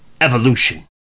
evolution